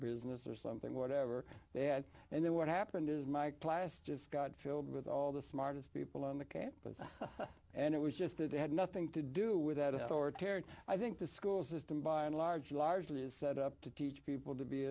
business or something whatever they had and then what happened is my class just got filled with all the smartest people on the campus and it was just that they had nothing to do with that authoritarian i think the school system by and large largely is set up to teach people to be